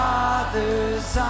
Father's